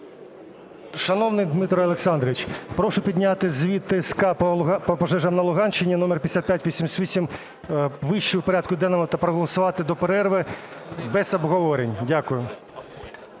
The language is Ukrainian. Шановний Дмитре Олександровичу, прошу підняти звіт ТСК по пожежах на Луганщині (№ 5588) вище в порядку денному та проголосувати до перерви без обговорення. Дякую.